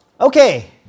Okay